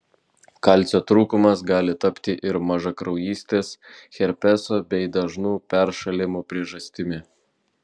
kalcio trūkumas gali tapti ir mažakraujystės herpeso bei dažnų peršalimų priežastimi